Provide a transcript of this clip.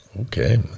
okay